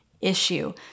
issue